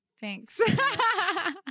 thanks